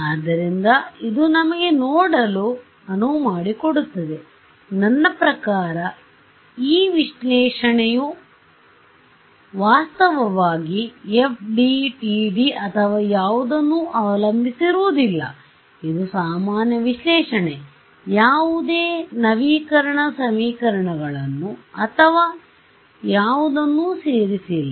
ಆದ್ದರಿಂದ ಇದು ನಮಗೆ ನೋಡಲು ಅನುವು ಮಾಡಿಕೊಡುತ್ತದೆ ನನ್ನ ಪ್ರಕಾರ ಈ ವಿಶ್ಲೇಷಣೆಯು ವಾಸ್ತವವಾಗಿ FDTD ಅಥವಾ ಯಾವುದನ್ನೂ ಅವಲಂಬಿಸಿರುವುದಿಲ್ಲ ಇದು ಸಾಮಾನ್ಯ ವಿಶ್ಲೇಷಣೆ ಯಾವುದೇ ನವೀಕರಣ ಸಮೀಕರಣಗಳನ್ನು ಅಥವಾ ಯಾವುದನ್ನೂ ಸೇರಿಸಿಲ್ಲ